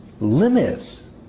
limits